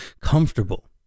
comfortable